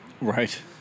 Right